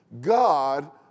God